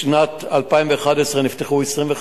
בשנת 2011 נפתחו 25